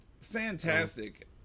fantastic